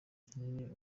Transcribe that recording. kinini